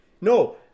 No